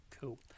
Cool